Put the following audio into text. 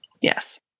yes